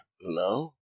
No